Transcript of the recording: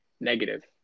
negative